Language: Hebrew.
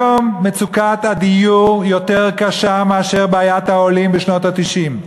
היום מצוקת הדיור יותר קשה מאשר בעיית העולים בשנות ה-90.